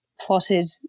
plotted